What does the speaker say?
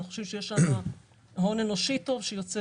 אנחנו חושבים שיש שם הון אנושי טוב שיוצא